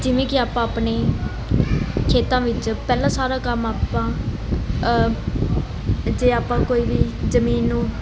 ਜਿਵੇਂ ਕਿ ਆਪਾਂ ਆਪਣੇ ਖੇਤਾਂ ਵਿੱਚ ਪਹਿਲਾਂ ਸਾਰਾ ਕੰਮ ਆਪਾਂ ਜੇ ਆਪਾਂ ਕੋਈ ਵੀ ਜ਼ਮੀਨ ਨੂੰ